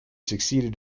succeeded